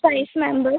five member